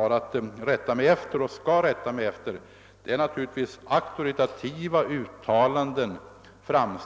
Vad jag har att rätta mig efter är naturligtvis auktoritativa uttalanden från